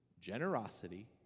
generosity